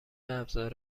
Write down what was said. ابزار